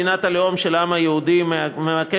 מדינת הלאום של העם היהודי מבקשת,